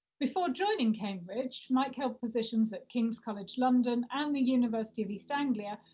before joining cambridge, mike held positions at king's college london and the university of east anglia,